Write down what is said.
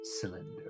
cylinder